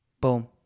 Boom